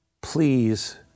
please